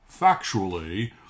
factually